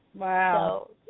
Wow